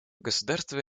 государство